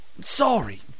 Sorry